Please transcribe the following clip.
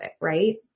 Right